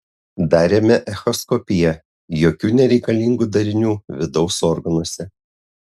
darėme echoskopiją jokių nereikalingų darinių vidaus organuose